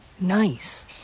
Nice